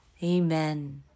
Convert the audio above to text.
Amen